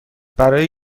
برای